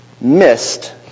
missed